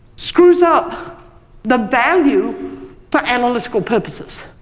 screws up the value for analytical purposes,